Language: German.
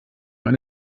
eine